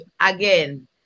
again